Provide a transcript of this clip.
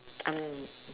oh